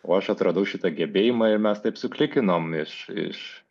o aš atradau šitą gebėjimą ir mes taip suklikinom iš iš